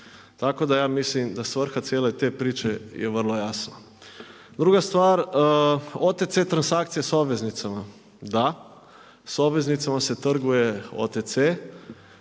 Tako da ja mislim da svrha cijele te priče je vrlo jasna. Druga stvar, OTC transakcija s obveznicama, da, s obveznicama se trguje OTC,